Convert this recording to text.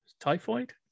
typhoid